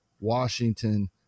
washington